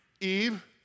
Eve